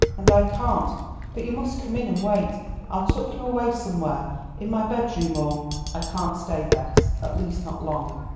and i can't but you must come in and wait i'll tuck you away somewhere in my bedroom, or i can't stay, bess at least not long.